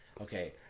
okay